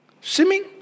Swimming